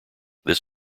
this